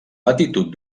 latitud